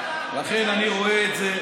לכן אני רואה את זה,